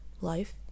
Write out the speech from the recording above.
life